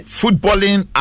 footballing